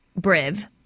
Briv